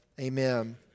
amen